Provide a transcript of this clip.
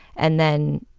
and then,